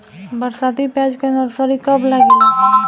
बरसाती प्याज के नर्सरी कब लागेला?